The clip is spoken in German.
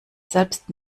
selbst